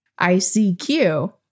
ICQ